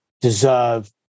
deserve